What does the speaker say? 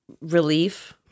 relief